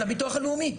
זה הביטוח הלאומי.